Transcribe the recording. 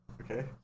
Okay